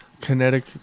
kinetic